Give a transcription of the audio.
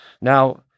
Now